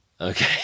Okay